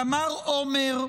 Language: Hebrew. גמר אומר,